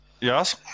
yes